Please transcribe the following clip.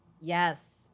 Yes